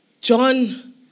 John